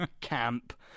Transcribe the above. camp